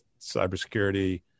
cybersecurity